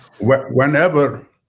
whenever